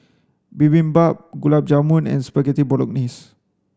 Bibimbap Gulab Jamun and Spaghetti Bolognese